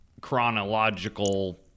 chronological